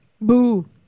Boo